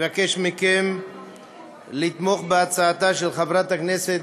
מבקש מכם לתמוך בהצעתה של חברת הכנסת,